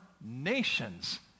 nations